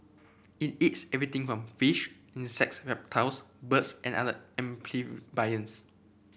it eats everything from fish insects reptiles birds and other amphibians